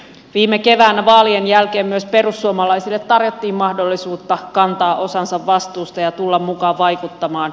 viime keväänä vaalien jälkeen myös perussuomalaisille tarjottiin mahdollisuutta kantaa osansa vastuusta ja tulla mukaan vaikuttamaan